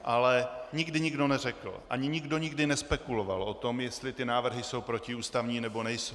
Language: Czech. Ale nikdy nikdo neřekl ani nikdo nikdy nespekuloval o tom, jestli jsou návrhy protiústavní, nebo nejsou.